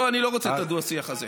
לא, אני לא רוצה את הדו-שיח הזה.